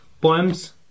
poems